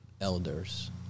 Elders